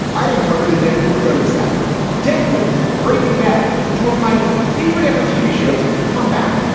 i didn't cover the deadwood gunnysack deadwood. breaking bad, two of my favorite ever tv shows, comeback.